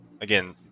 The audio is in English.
again